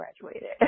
graduated